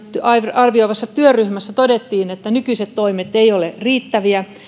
arvioivassa työryhmässä todettiin että nykyiset toimet eivät ole riittäviä